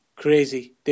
Crazy